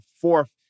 fourth